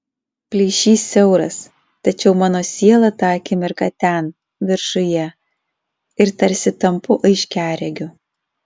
plyšys siauras tačiau mano siela tą akimirką ten viršuje ir tarsi tampu aiškiaregiu